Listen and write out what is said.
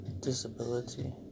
disability